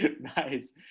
Nice